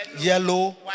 yellow